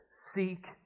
seek